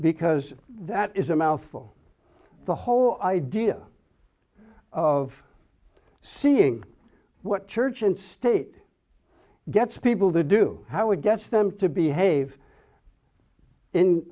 because that is a mouthful the whole idea of seeing what church and state gets people to do how it gets them to behave in